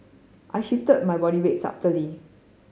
I shift my body weight subtly